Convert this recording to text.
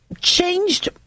changed